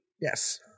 Yes